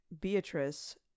Beatrice